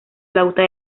flauta